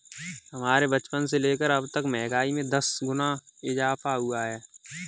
हमारे बचपन से लेकर अबतक महंगाई में दस गुना इजाफा हुआ है